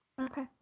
Okay